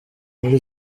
muri